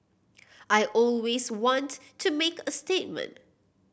I always want to make a statement